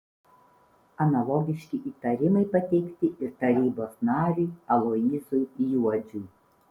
analogiški įtarimai pateikti ir tarybos nariui aloyzui juodžiui